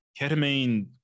ketamine